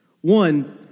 One